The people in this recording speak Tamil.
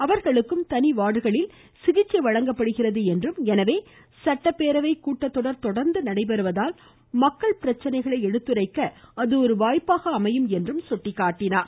அவர்களுக்கும் தனி வார்டுகளில் சிகிச்சை வழங்கப்படுகிறது என்றும் எனவே சட்டப்பேரவை கூட்டத்தொடர் தொடர்ந்து நடைபெறுவதால் மக்கள் பிரச்சனைகளை எடுத்துரைக்க அது ஒரு வாய்ப்பாக அமையும் என்று சுட்டிக்காட்டினார்